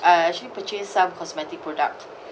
I actually purchase some cosmetic product